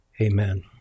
Amen